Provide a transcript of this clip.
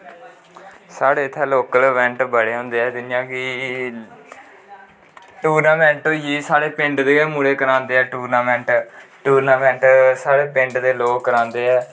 साढ़ै इत्थें local event बड़े होंदे ऐ जियां कि टूर्नामैंट होई गेई साढ़े पिंड दे गै मुड़े करांदे ऐ टूर्नामैंट टूर्नांमैंट साढ़े पिंड दे लोक करांदे ऐ